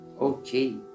okay